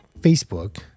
Facebook